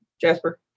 Jasper